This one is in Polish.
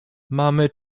mamy